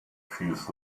feels